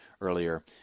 earlier